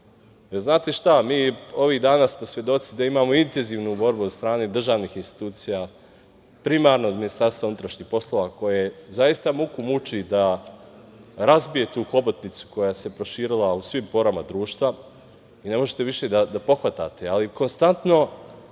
pravosuđu. Mi smo ovih dana svedoci da imamo intenzivnu borbu od strane državnih institucija, primarno od Ministarstva unutrašnjih poslova koje zaista muku muči da razbije tu hobotnicu koja se proširila u svim porama društva i ne možete više da pohvatate, ali konstantno